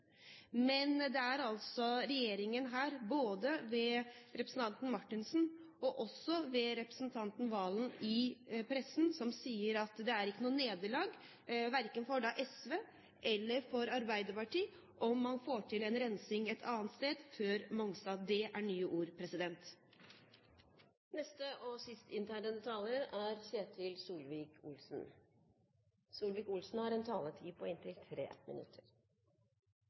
Men det er altså regjeringen – både ved representanten Marthinsen og også ved representanten Serigstad Valen i pressen – som sier at det ikke er noe nederlag verken for SV eller for Arbeiderpartiet om man får til rensing et annet sted, før Mongstad. Det er nye ord. Dette er en